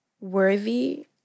worthy